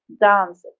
dance